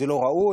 זה לא ראוי,